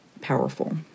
powerful